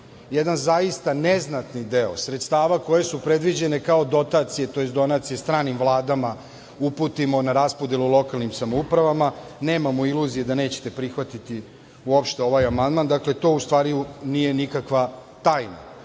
jedan zaista neznatni deo sredstava koja su predviđena kao dotacije, tj. donacije stranim vladama, uputimo na raspodelu lokalnim samoupravama. Nemamo iluzije da nećete prihvatiti uopšte ovaj amandman. Dakle, to u stvari nije nikakva tajna. Ono